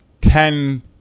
ten